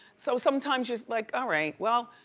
so sometimes just like all right. well,